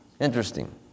Interesting